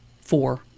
Four